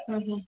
હમ હમ